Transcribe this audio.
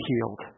healed